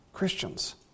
christians